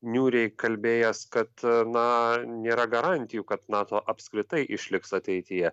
niūriai kalbėjęs kad na nėra garantijų kad nato apskritai išliks ateityje